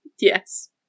Yes